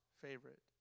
favorite